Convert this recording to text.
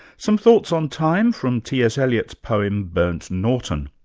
some thoughts on time from t. s. eliot's poem burnt norton.